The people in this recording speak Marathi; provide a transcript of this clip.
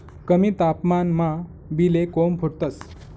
कमी तापमानमा बी ले कोम फुटतंस